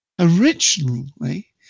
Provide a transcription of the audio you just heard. Originally